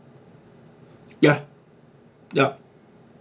yup yup